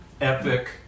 epic